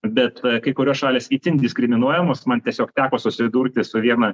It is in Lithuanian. bet kai kurios šalys itin diskriminuojamos man tiesiog teko susidurti su viena